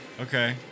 Okay